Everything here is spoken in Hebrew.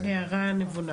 הערה נבונה.